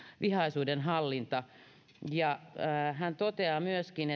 vihaisuuden hallinta hän toteaa myöskin